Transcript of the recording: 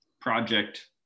project